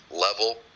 level